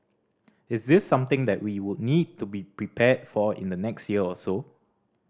is this something that we would need to be prepared for in the next year or so